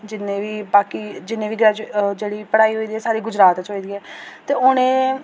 जि'न्ने बी बाकी जि'न्ने बी ग्रेजु जेह्ड़ी बी पढ़ाई होई दी सारी गुजरात च होई दी ऐ ते हून एह्